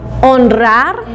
honrar